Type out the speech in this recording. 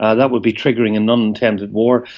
ah that would be triggering an unintended war.